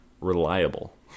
reliable